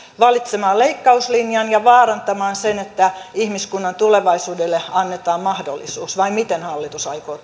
valitsemaan leikkauslinjan ja vaarantamaan sen että ihmiskunnan tulevaisuudelle annetaan mahdollisuus vai miten hallitus aikoo